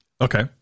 Okay